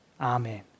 Amen